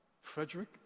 Frederick